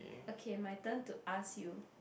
okay my turn to ask you